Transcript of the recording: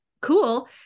cool